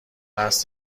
قصد